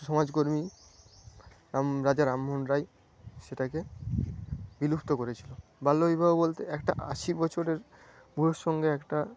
সমাজকর্মী রাজা রামমোহন রায় সেটাকে বিলুপ্ত করেছিল বাল্যবিবাহ বলতে একটা আশি বছরের বুড়োর সঙ্গে একটা